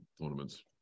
tournaments